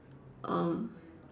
um